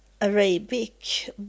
Arabic